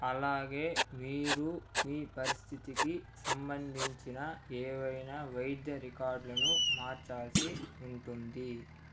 అలాగే మీరు మీ పరిస్థితికి సంబంధించిన ఏవైనా వైద్య రికార్డులను మార్చాల్సి ఉంటుంది